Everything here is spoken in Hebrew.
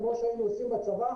כמו שהיינו עושים בצבא.